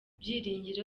byiringiro